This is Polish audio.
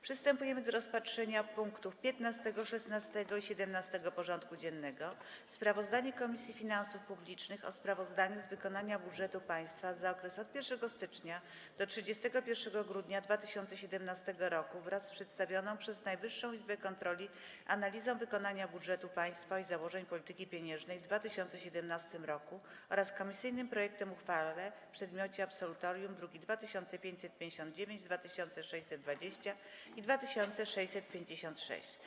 Przystępujemy do rozpatrzenia punktów 15., 16. i 17. porządku dziennego: 15. Sprawozdanie Komisji Finansów Publicznych o sprawozdaniu z wykonania budżetu państwa za okres od 1 stycznia do 31 grudnia 2017 r. wraz z przedstawioną przez Najwyższą Izbę Kontroli analizą wykonania budżetu państwa i założeń polityki pieniężnej w 2017 r. oraz komisyjnym projektem uchwały w przedmiocie absolutorium (druki nr 2559, 2620 i 2656)